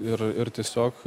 ir ir tiesiog